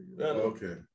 Okay